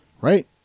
Right